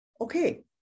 okay